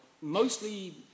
mostly